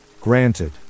Granted